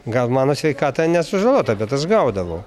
gal mano sveikata nesužalota bet aš gaudavau